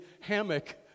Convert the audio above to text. hammock